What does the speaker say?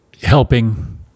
helping